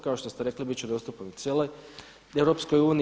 Kao što ste rekli bit će dostupan cijeloj EU.